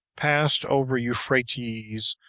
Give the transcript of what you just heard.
passed over euphrates,